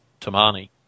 Tamani